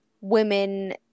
women